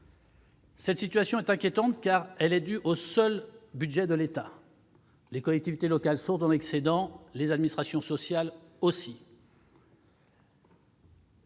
Cette situation est inquiétante, car elle est due au seul budget de l'État. Les collectivités locales sont en excédent, les administrations sociales aussi.